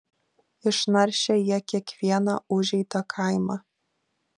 išnaršė jie kiekvieną užeitą kaimą